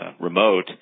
remote